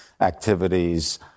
activities